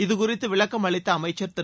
இதுகுறித்து விளக்கம் அளித்த அமைச்சர் திரு